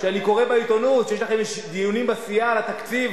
אני קורא בעיתונות שיש לכם דיונים בסיעה על התקציב